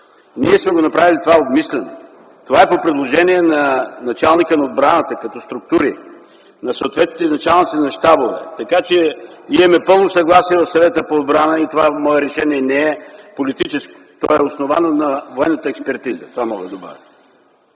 Ние сме направили това обмислено и това е по предложение на началника на отбраната – като структури, на съответните началници на щабове, така че имаме пълно съгласие в Съвета по отбрана. Това мое решение не е политическо. То е основано на военната експертиза. Това мога да добавя.